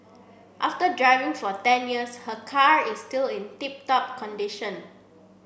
after driving for ten years her car is still in tip top condition